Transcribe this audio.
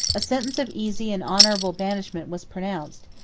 a sentence of easy and honorable banishment was pronounced,